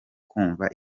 kwumva